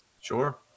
Sure